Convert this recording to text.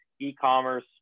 e-commerce